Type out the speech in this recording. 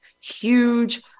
huge